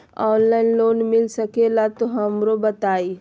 Online loan मिलता सके ला तो हमरो बताई?